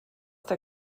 der